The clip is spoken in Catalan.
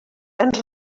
ens